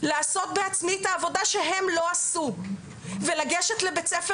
לעשות בעצמי את העבודה שהם לא עשו ולגשת לבית ספר